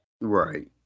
Right